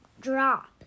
drop